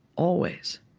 always